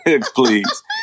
Please